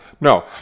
No